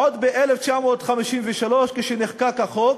עוד ב-1953, כשנחקק החוק,